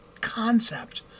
concept